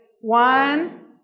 One